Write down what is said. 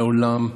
מעולם,